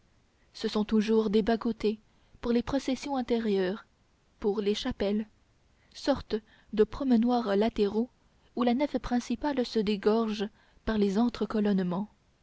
ce sont toujours des bas-côtés pour les processions intérieures pour les chapelles sortes de promenoirs latéraux où la nef principale se dégorge par les